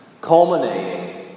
culminating